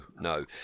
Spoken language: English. no